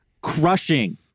crushing